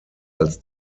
als